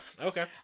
Okay